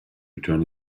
return